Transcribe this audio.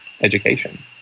education